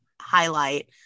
highlight